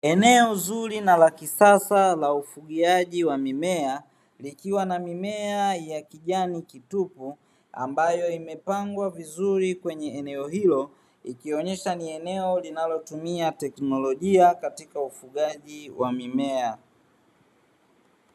Eneo zuri na la kisasa la ufugaji wa mimea, likiwa na mimea ya kijani kibichi ambayo imepangwa vizuri kwenye eneo hilo, ikionyesha ni eneo linalotumia teknolojia katika ufugaji wa mimea.